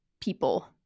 people